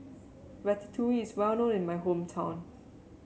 ratatouille is well known in my hometown